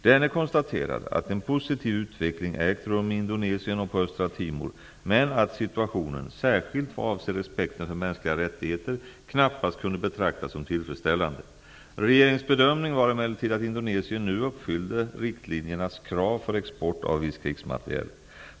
Denne konstaterade, att en positiv utveckling ägt rum i Indonesien och på Östra Timor, men att situationen, särskilt vad avser respekten för mänskliga rättigheter, knappast kunde betraktas som tillfredsställande. Regeringens bedömning var emellertid att Indonesien nu uppfyllde riktlinjernas krav för export av viss krigsmateriel.